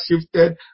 shifted